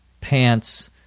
pants